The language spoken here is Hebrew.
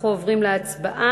אנחנו עוברים להצבעה